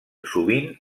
sovint